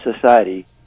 society